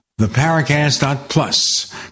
theparacast.plus